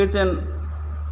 गोजोन